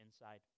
inside